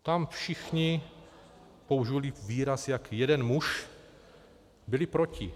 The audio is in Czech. Tam všichni, použijili výraz jak jeden muž, byli proti.